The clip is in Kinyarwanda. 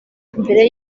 mbere